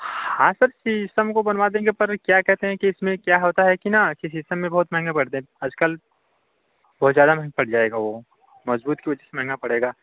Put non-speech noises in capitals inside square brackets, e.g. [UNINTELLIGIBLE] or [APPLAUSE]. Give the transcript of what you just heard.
हाँ सर शीशम को बनवा देंगे पर क्या कहते हैं कि इसमें क्या होता है कि ना कि शीशम में बहुत महँगा पड़ता है आजकल बहुत ज़्यादा [UNINTELLIGIBLE] पड़ जाएगा वो मज़बूत कुछ महँगा पड़ेगा